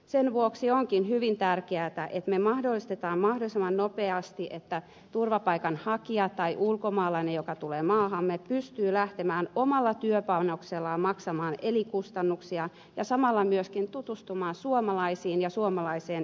sen vuoksi onkin hyvin tärkeätä että me mahdollistamme mahdollisimman nopeasti se että turvapaikanhakija tai ulkomaalainen joka tulee maahamme pystyy lähtemään omalla työpanoksellaan maksamaan elinkustannuksiaan ja samalla myöskin tutustumaan suomalaisiin ja suomalaiseen yhteiskuntaan